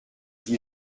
dit